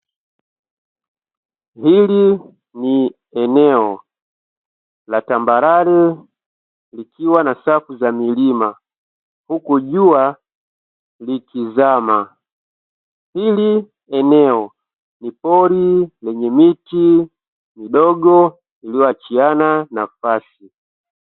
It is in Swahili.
Hili ni eneo la tambarare likiwa na safu za milima huku jua likizama, hili eneo ni pori lenye miti midogo iliyoachiana nafasi.